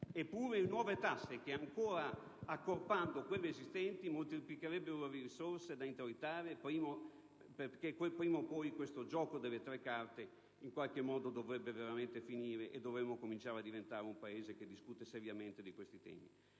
anche nuove tasse che, accorpando quelle esistenti, moltiplicherebbero le risorse da introitare. Prima o poi questo gioco delle tre carte dovrebbe veramente finire e dovremmo cominciare a diventare un Paese che discute seriamente di tali temi.